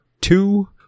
two